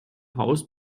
haus